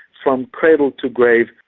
from cradle to grave,